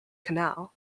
canal